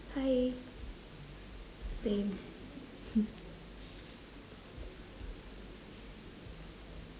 hi same